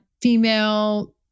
female